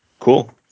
cool